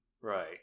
Right